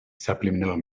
subliminal